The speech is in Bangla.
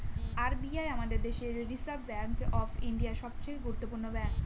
আর বি আই আমাদের দেশের রিসার্ভ ব্যাঙ্ক অফ ইন্ডিয়া, সবচে গুরুত্বপূর্ণ ব্যাঙ্ক